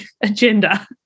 agenda